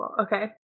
Okay